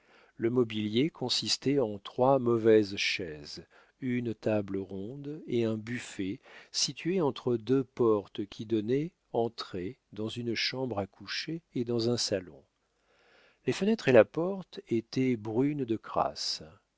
le mobilier consistait en trois mauvaises chaises une table ronde et un buffet situé entre deux portes qui donnaient entrée dans une chambre à coucher et dans un salon les fenêtres et la porte étaient brunes de crasse